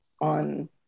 On